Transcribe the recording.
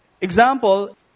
Example